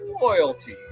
loyalty